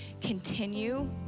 continue